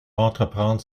entreprendre